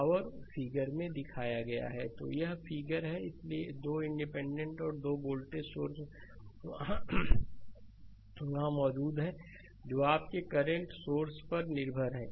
slide समय देखें 2406 तो यह वह फिगर है इसलिए 2 इंडिपेंडेंट आपके वोल्टेज सोर्स वहां मौजूद हैं जो आपके करें करंट सोर्स पर निर्भर हैं